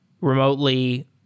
remotely